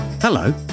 Hello